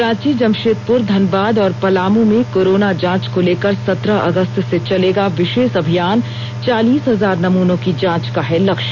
रांची जमशेदपुर धनबाद और पलामू में कोरोना जांच को लेकर सत्रह अगस्त से चलेगा विशेष अभियान चार्लीस हजार नमूनों की जांच का है लक्ष्य